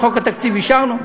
את חוק התקציב אישרנו.